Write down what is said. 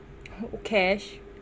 cash